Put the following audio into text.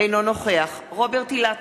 אינו נוכח רוברט אילטוב,